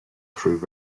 through